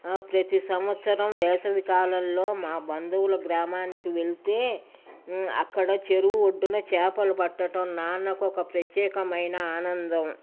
ప్రతి సంవత్సరం వేసవికాలంలో మా బంధువుల గ్రామానికి వెళ్తే అక్కడ చెరువు ఒడ్డున చేపలు పట్టటం నాన్నకు ఒక ప్రత్యేకమైన ఆనందం